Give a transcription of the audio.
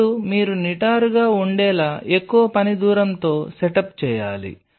అప్పుడు మీరు నిటారుగా ఉండేలా ఎక్కువ పని దూరంతో సెటప్ చేయాలి